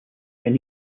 when